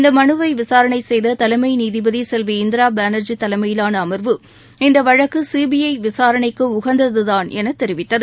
இந்த மனுவை விசாரணை செய்த தலைமை நீதிபதி இந்திரா பானா்ஜி தலைமையிலான அமர்வு இந்த வழக்கு சிபிஐ விசாரணைக்கு உகந்ததுதான் என தெரிவித்தது